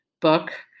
book